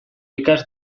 ikas